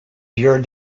your